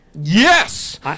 Yes